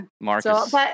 Marcus